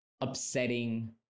upsetting